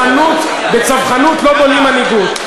בצווחנות לא בונים מנהיגות.